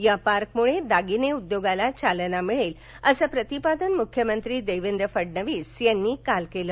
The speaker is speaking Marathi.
या पार्कमुळे दागिने उद्योगाला चालना मिळेल असं प्रतिपादन मुख्यमंत्री देवेंद्र फडणवीस यांनी काल केले